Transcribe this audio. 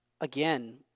again